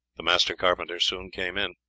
the master carpenter soon came in.